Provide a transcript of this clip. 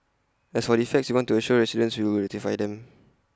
as for defects we want to assure residents we will rectify them